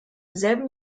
selben